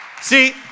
See